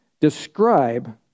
describe